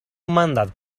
mandat